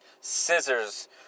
scissors